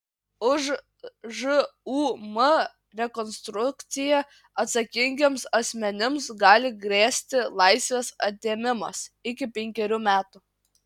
už žūm rekonstrukciją atsakingiems asmenims gali grėsti laisvės atėmimas iki penkerių metų